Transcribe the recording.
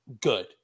good